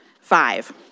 five